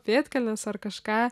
pėdkelnės ar kažką